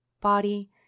body